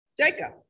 Jacob